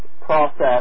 process